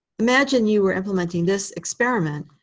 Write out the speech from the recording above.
imagine you were implementing this experiment,